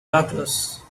douglas